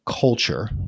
culture